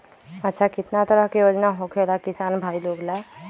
अच्छा कितना तरह के योजना होखेला किसान भाई लोग ला?